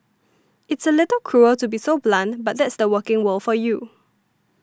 it's a little cruel to be so blunt but that's the working world for you